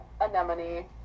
anemone